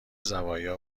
زوایا